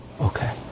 okay